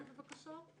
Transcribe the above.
בבקשה.